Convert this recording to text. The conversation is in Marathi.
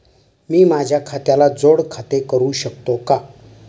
मी माझ्या खात्याला जोड खाते करू शकतो का?